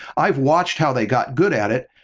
i've watched how they got good at it,